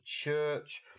church